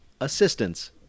assistance